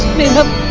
miss him